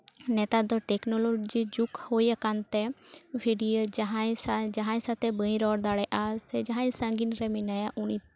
ᱱᱮᱛᱟᱨ ᱫᱚ ᱴᱮᱠᱱᱳᱞᱚᱡᱤ ᱡᱩᱜᱽ ᱦᱩᱭ ᱟᱠᱟᱱ ᱛᱮ ᱵᱷᱤᱰᱭᱳ ᱡᱟᱦᱟᱸᱭ ᱥᱟᱛᱮᱜ ᱵᱟᱹᱧ ᱨᱚᱲ ᱫᱟᱲᱮᱭᱟᱜᱼᱟ ᱡᱟᱦᱟᱸᱭ ᱥᱟᱺᱜᱤᱧ ᱨᱮ ᱢᱮᱱᱟᱭᱟ